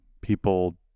People